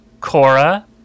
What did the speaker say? Cora